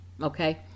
okay